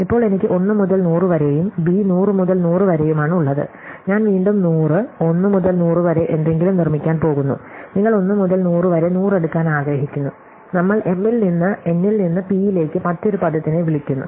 ഇപ്പോൾ എനിക്ക് 1 മുതൽ 100 വരെയും ബി 100 മുതൽ 100 വരെയുമാണ് ഉള്ളത് ഞാൻ വീണ്ടും 100 1 മുതൽ 100 വരെ എന്തെങ്കിലും നിർമ്മിക്കാൻ പോകുന്നു നിങ്ങൾ 1 മുതൽ 100 വരെ 100 എടുക്കാൻ ആഗ്രഹിക്കുന്നു നമ്മൾ m ൽ നിന്ന് n ൽ നിന്ന് p ലേക്ക് മറ്റൊരു പദത്തിനെ വിളിക്കുന്നു